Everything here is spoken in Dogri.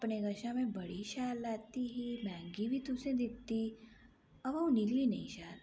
अपने कशा में बड़ी शैल लैती ही मैंह्गी बी तुसें दित्ती अवा ओह् निकली नी शैल